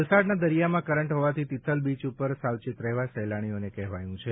વલસાડના દરિયામાં કરંટ હોવાથી તિથલ બીચ ઉપર સાવચેત રહેવા સહેલાણીઓને કહેવાયું છે